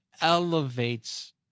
elevates